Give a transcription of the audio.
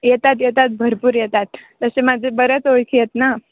येतात येतात भरपूर येतात तसे माझे बऱ्याच ओळखी आहेत ना